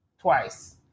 Twice